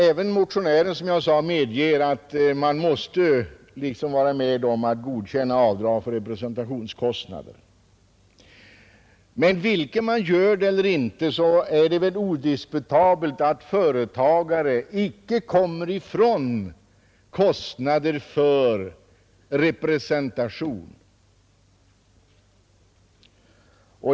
Även motionären medger att man måste godkänna avdrag som görs för representationskostnader. Men oavsett om man gör det eller inte är det odiskutabelt att företagarna inte kommer ifrån kostnaderna för representation.